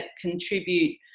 contribute